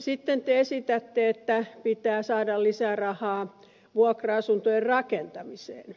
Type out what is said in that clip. sitten te esitätte että pitää saada lisää rahaa vuokra asuntojen rakentamiseen